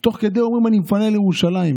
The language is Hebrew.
ותוך כדי אומרים: אני מפנה לירושלים.